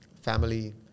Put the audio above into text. family